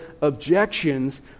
objections